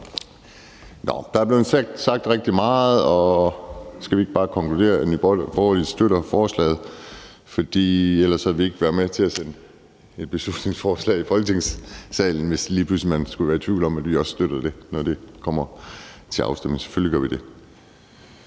Der er blevet sagt rigtig meget, og skal vi ikke bare konkludere, at Nye Borgerlige støtter forslaget, for ellers havde vi ikke været med til at sende et beslutningsforslag i Folketingssalen, altså hvis man lige pludselig skulle være i tvivl om, om vi også støtter det, når det kommer til afstemning? Selvfølgelig gør vi det.